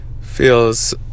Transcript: feels